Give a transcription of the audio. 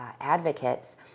advocates